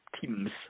teams